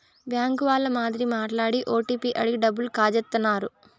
bank వాళ్ళ మాదిరి మాట్లాడి ఓటీపీ అడిగి డబ్బులు కాజేత్తన్నారు